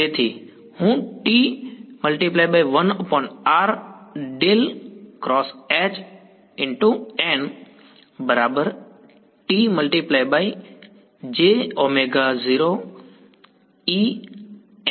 તેથી હું આ કરી શકું છું